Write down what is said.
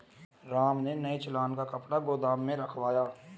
राम ने नए चालान का कपड़ा गोदाम में रखवाया